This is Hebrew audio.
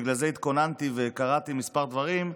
בגלל זה התכוננתי וקראתי כמה דברים.